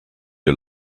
you